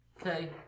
Okay